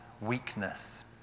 weakness